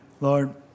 lord